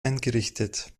eingerichtet